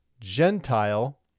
Gentile